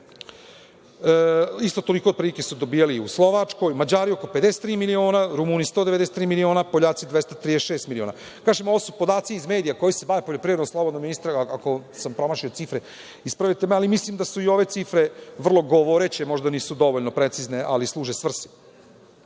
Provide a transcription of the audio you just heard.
Isto toliko otprilike su dobijali u Slovačkoj, a Mađari oko 53 miliona, Rumuni 193 miliona, Poljaci 236 miliona. Kažem, ovo su podaci iz medija koji se bave poljoprivrednim, a slobodno, ministre, ako sam promašio cifre, ispravite me, ali mislim da su i ove cifre vrlo govoreće, možda nisu dovoljno precizne, ali služe svrsi. Dakle,